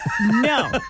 No